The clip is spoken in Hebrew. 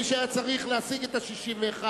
מי שהיה צריך להשיג את ה-61,